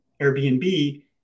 Airbnb